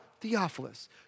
Theophilus